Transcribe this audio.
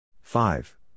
Five